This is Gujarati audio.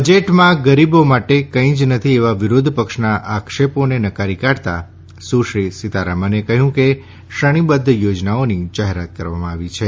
બજેટમાં ગરીબો માટે કઈ જ નથી એવા વિરોધપક્ષના આક્ષેપોને નકારી કાઢતા સુશ્રી સીતારમણે કહ્યું કે શ્રેણીબદ્ધ યોજનાઓની જાહેરાત થઈ છે